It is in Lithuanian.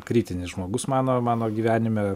kritinis žmogus mano mano gyvenime